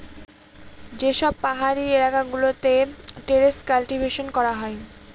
যে সব পাহাড়ি এলাকা গুলোতে টেরেস কাল্টিভেশন করা হয়